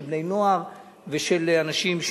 של בני-נוער ושל אנשים,